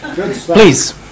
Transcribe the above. Please